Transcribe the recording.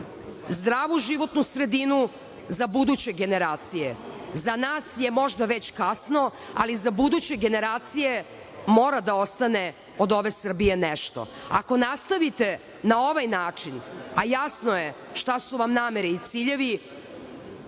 zdravu životnu sredinu za buduće generacija. Za nas je možda već kasno, ali za buduće generacije mora da ostane od ove Srbije nešto. Ako nastavite na ovaj način, a jasno je šta su vam namere i ciljevi,